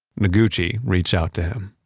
noguchi reached out to him